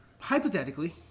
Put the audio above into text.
Hypothetically